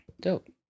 Dope